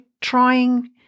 trying